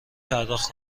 پرداخت